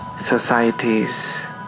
societies